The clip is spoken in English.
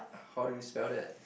how do you spell that